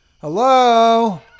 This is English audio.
Hello